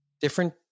different